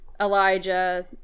elijah